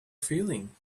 feeling